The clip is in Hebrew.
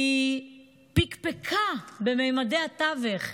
היא פקפקה בממדי הטבח.